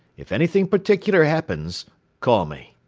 if anything particular happens call me.